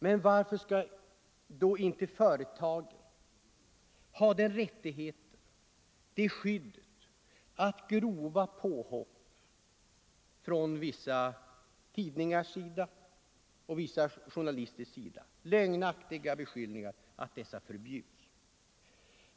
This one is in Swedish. Man varför skall då inte företagen ha det skyddet att grova påhopp och lögnaktiga beskyllningar från vissa tidningar och journalister förbjuds?